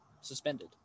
suspended